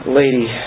lady